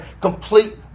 Complete